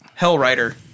Hellrider